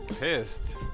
Pissed